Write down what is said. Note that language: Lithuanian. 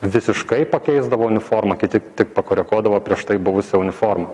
visiškai pakeisdavo uniformą kiti tik pakoreguodavo prieš tai buvusią uniformą